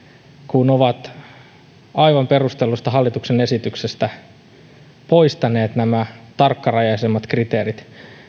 kun ovat aivan perustellusta hallituksen esityksestä poistaneet nämä tarkkarajaisemmat kriteerit